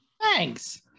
Thanks